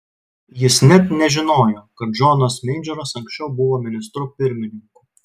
jis net nežinojo kad džonas meidžoras anksčiau buvo ministru pirmininku